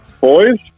Boys